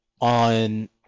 on